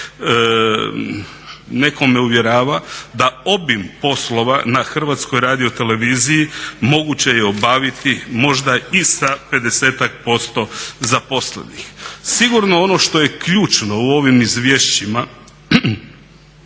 Netko me uvjerava da obim poslova na HRT-u moguće je obaviti možda i sa 50-ak posto zaposlenih. Sigurno ono što je ključno u ovim izvješćima